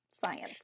science